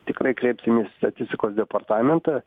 tikrai kreipsimės į statistikos departamentą